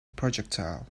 projectile